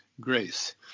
grace